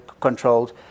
controlled